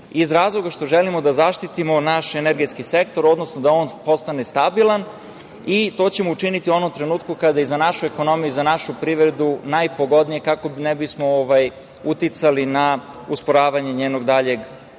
iz razloga što želimo da zaštitimo naš energetski sektor, odnosno da on postane stabilan. To ćemo učiniti u onom trenutku kada je i za našu ekonomiju i za našu privredu najpogodnije, kako ne bismo uticali na usporavanje njenog daljeg